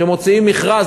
כשמוציאים מכרז,